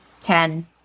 ten